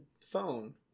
phone